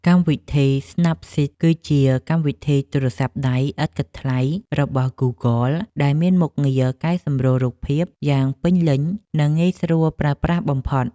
កម្មវិធី ស្ណាប់ស៊ីត គឺជាកម្មវិធីទូរស័ព្ទដៃឥតគិតថ្លៃរបស់ ហ្គូហ្គល ដែលមានមុខងារកែសម្រួលរូបភាពយ៉ាងពេញលេញ និងងាយស្រួលប្រើប្រាស់បំផុត។